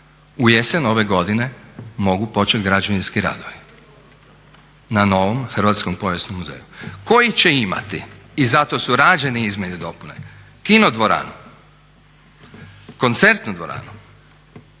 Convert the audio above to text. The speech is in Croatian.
u jesen ove godine mogu početi građevinski radovi na novom Hrvatskom povijesnom muzeju koji će imati i zato su rađene izmjene i dopune, kino dvoranu, koncertnu dvoranu,